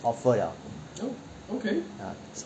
offer liao